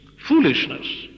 foolishness